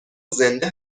زنده